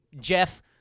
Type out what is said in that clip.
Jeff